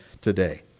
today